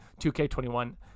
2K21